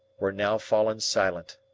were now fallen silent.